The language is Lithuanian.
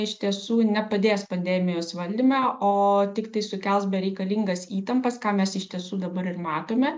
iš tiesų nepadės pandemijos valdyme o tiktai sukels bereikalingas įtampas ką mes iš tiesų dabar ir matome